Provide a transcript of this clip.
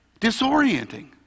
disorienting